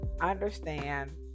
Understand